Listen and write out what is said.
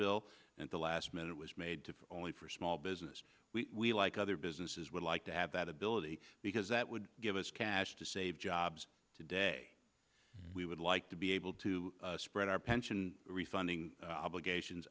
bill and the last minute it was made to only for small business we like other businesses would like to have that ability because that would give us cash to save jobs today we would like to be able to spread our pension refunding obligations